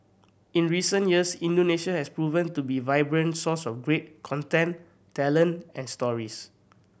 in recent years Indonesia has proven to be vibrant source of great content talent and stories